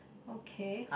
okay